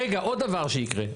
רגע, עוד דבר שיקרה.